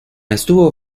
estuvo